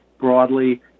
broadly